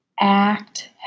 Act